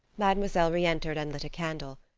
mademoiselle reentered and lit a candle.